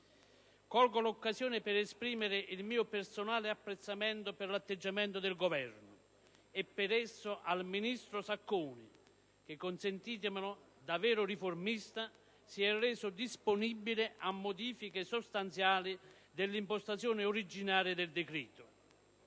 Colgo l'occasione per esprimere il mio personale apprezzamento per l'atteggiamento del Governo e, per esso, del ministro Sacconi il quale - consentitemelo - da vero riformista si è reso disponibile a modifiche sostanziali dell'impostazione originale del decreto